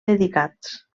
dedicats